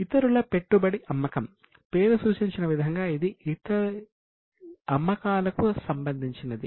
ఇతరుల పెట్టుబడి అమ్మకం పేరు సూచించిన విధంగా ఇది అమ్మకాలకు సంబంధించినది